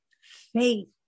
Faith